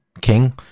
king